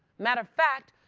matter of fact,